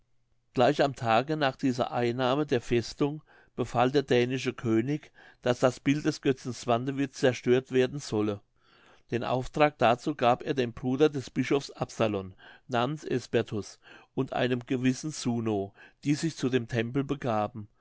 gleich am tage nach dieser einnahme der festung befahl der dänische könig daß das bild des götzen swantewit zerstört werden solle den auftrag dazu gab er dem bruder des bischofs absalon namens esbertus und einem gewissen suno die sich zu dem tempel begaben